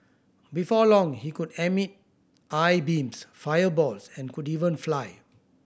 before long he could emit eye beams fireballs and could even fly